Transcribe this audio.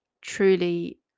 Truly